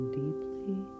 deeply